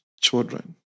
children